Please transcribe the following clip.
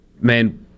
man